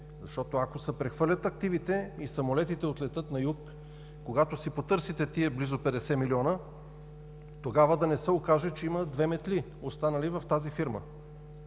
Защото ако се прехвърлят активите и самолетите отлетят на юг, когато си потърсите тези близо 50 милиона, тогава да не се окаже, че има две метли останали в тази фирма?